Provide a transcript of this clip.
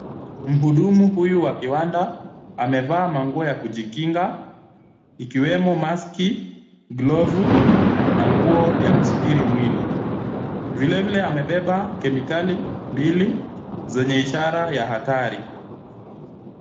Mhudumu huyu wa kiwanda amevaa manguo ya kujikinga ikiwemo mask , glavu na nguo ya kusitiri mwili. Vile vile amebeba kemikali mbili zenye ishara ya hatari.